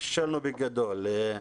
ופישלנו בגדול.